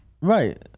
Right